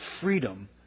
freedom